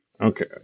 okay